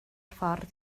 ffordd